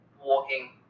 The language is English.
walking